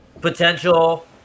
Potential